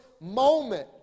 moment